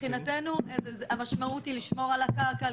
מבחינתנו המשמעות היא לשמור על הקרקע,